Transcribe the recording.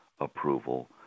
approval